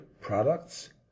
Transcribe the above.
products